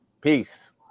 Peace